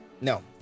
No